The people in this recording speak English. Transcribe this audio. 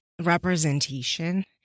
representation